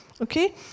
okay